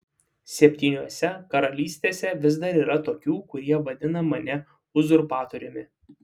septyniose karalystėse vis dar yra tokių kurie vadina mane uzurpatoriumi